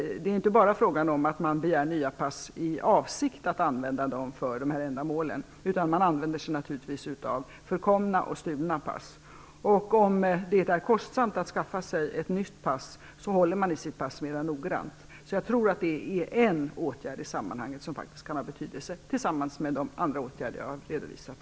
Det är inte bara fråga om att man begär nya pass i avsikt att använda dem för nämnda ändamål. Man använder sig naturligtvis också av förkomna och stulna pass. Om det är kostsamt att skaffa sig ett nytt pass håller man i sitt pass mera noga. Jag tror att det är en åtgärd i sammanhanget som faktiskt kan ha betydelse tillsammans med de andra åtgärder som jag har redovisat.